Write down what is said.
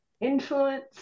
Influence